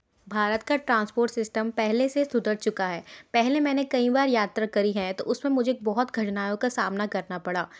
भारत का transport system पहले से सुधर चुका है पहले मैंने कई बार यात्रा की है तो उसमें मुझे बहुत घटनाओं का सामना करना पड़ा